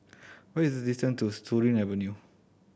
what is the distant to Surin Avenue